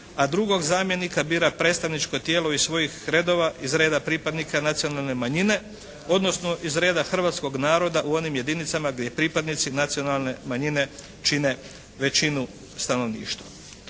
a drugog zamjenika bira predstavničko tijelo iz svojih redova, iz reda pripadnika nacionalne manjine, odnosno iz reda hrvatskoga naroda u onim jedinicama gdje pripadnici nacionalne manjine čine većinu stanovništva.